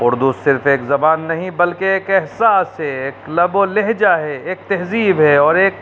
اردو صرف ایک زبان نہیں بلکہ ایک احساس ہے ایک لب و لہجہ ہے ایک تہذیب ہے اور ایک